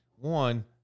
One